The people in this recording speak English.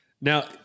Now